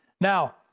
Now